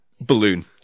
balloon